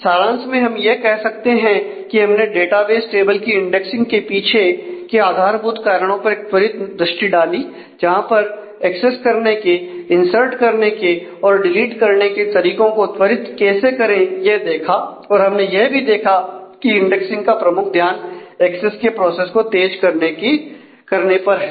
सारांश में हम यह कह सकते हैं कि हमने डेटाबेस टेबल की इंडेक्सिंग की पीछे के आधारभूत कारणों पर एक त्वरित दृष्टि डाली जहां पर एक्सेस करने के इंसर्ट करने के और डिलीट करने के तरीकों को त्वरित कैसे करें यह देखा और हमने यह भी देखा की इंडेक्सिंग का प्रमुख ध्यान एक्सेस के प्रोसेस को तेज करने पर है